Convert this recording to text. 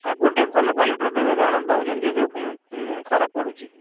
କାକୁଡ଼ି ଟିକେ ଭଲ କ୍ୱାଲିଟିର ଦେବେ କାରଣ ଦେଉଛନ୍ତି ସେସବୁ ଖରାପ ପଡ଼ୁଛି